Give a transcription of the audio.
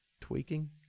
Tweaking